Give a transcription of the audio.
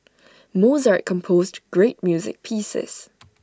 Mozart composed great music pieces